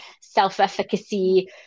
self-efficacy